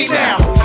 now